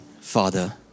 father